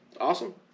Awesome